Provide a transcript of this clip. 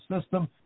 system